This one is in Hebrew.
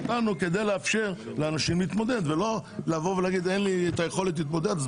נתנו כדי לאפשר לאנשים להתמודד ולא לומר אין לי את היכולת להתמודד ואז